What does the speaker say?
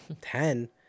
ten